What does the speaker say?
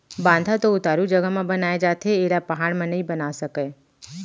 बांधा तो उतारू जघा म बनाए जाथे एला पहाड़ म नइ बना सकय